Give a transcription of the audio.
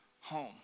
home